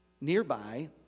Nearby